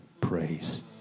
praise